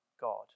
God